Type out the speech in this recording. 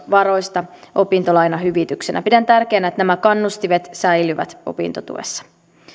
varoista opintolainahyvityksenä pidän tärkeänä että nämä kannustimet säilyvät opintotuessa